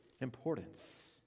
importance